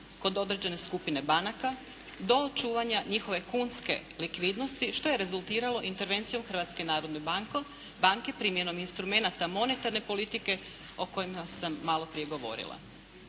kod određene skupine banaka do očuvanja njihove kunske likvidnosti što je rezultiralo intervencijom Hrvatske narodne banke primjenom instrumenata monetarne politike o kojima sam malo prije govorila.